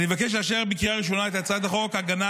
אני מבקש לאשר בקריאה ראשונה את הצעת חוק הגנה